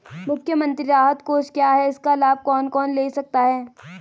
मुख्यमंत्री राहत कोष क्या है इसका लाभ कौन कौन ले सकता है?